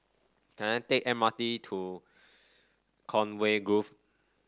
can I take M R T to Conway Grove